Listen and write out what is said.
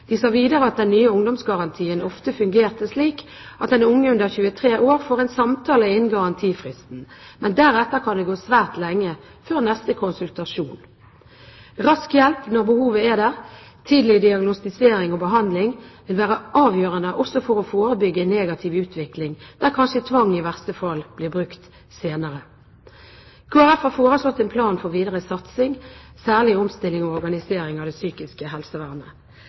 De sa videre at den nye ungdomsgarantien ofte fungerte slik at den unge under 23 år får en samtale innen garantifristen, men deretter kan det gå svært lenge før neste konsultasjon. Rask hjelp når behovet er der, og tidlig diagnostisering og behandling vil være avgjørende også for å forebygge en negativ utvikling, der kanskje tvang i verste fall blir brukt senere. Kristelig Folkeparti har foreslått en plan for videre satsing, særlig på omstilling og organisering av det psykiske helsevernet.